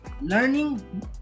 learning